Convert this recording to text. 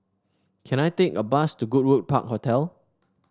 can I take a bus to Goodwood Park Hotel